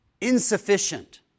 insufficient